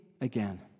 again